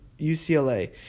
UCLA